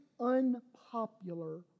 unpopular